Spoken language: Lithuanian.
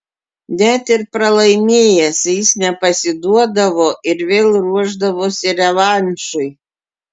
net ir pralaimėjęs jis nepasiduodavo ir vėl ruošdavosi revanšui